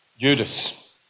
Judas